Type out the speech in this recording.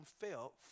felt